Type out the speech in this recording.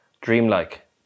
dreamlike